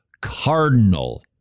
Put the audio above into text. cardinal